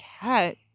cat